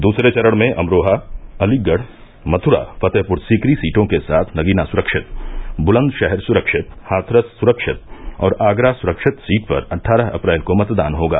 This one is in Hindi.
दूसरे चरण में अमरोहा अलीगढ़ मथुरा फतेहपुर सीकरी सीटों के साथ नगीना सुरक्षित बुलन्दषहर सुरक्षित हाथरस सुरक्षित और आगरा सुरक्षित सीट पर अठ्ठारह अप्रैल को मतदान होगा